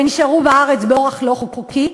ונשארו בארץ באורח לא חוקי,